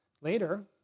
Later